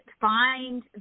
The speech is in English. find